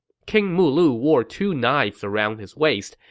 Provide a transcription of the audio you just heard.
king mulu wore two knives around his waist,